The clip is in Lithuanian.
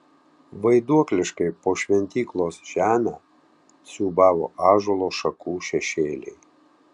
vaiduokliškai po šventyklos žemę siūbavo ąžuolo šakų šešėliai